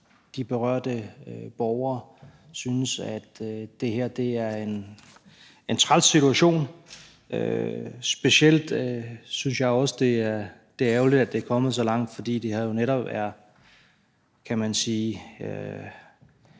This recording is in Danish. de berørte borgere synes, at det her er en træls situation; specielt synes jeg også, det er ærgerligt, at det er kommet så langt, fordi det jo er, kan man sige,